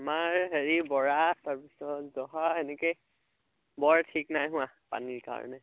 আমাৰ হেৰি বৰা তাৰ পিছত জহা এনেকৈ বৰ ঠিক নাই হোৱা পানীৰ কাৰণে